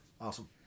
Awesome